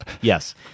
Yes